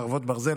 חרבות ברזל),